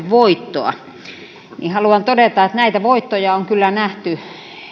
voittoa haluan todeta että näitä voittoja on kyllä nähty